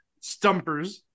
Stumpers